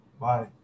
bye